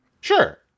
Sure